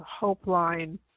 Hopeline